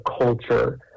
culture